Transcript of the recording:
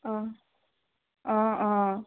অ অ অ